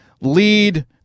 lead